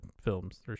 films